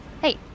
Hey